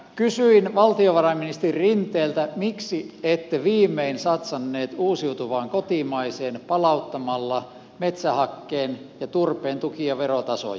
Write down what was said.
kysyin valtiovarainministeri rinteeltä miksi ette viimein satsanneet uusiutuvaan kotimaiseen palauttamalla metsähakkeen ja turpeen tuki ja verotasoja